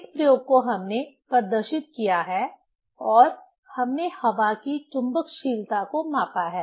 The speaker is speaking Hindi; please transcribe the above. इस प्रयोग को हमने प्रदर्शित किया है और हमने हवा की चुंबकशीलता को मापा है